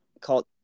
Called